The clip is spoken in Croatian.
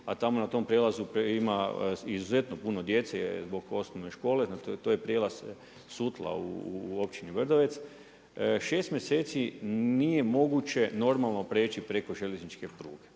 a tamo na tom prijelazu ima izuzetno puno djece zbog osnovne škole. To je prijelaz Sutla u općini Brdovec. Šest mjeseci nije moguće prijeći preko željezničke pruge.